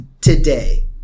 today